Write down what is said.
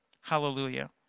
hallelujah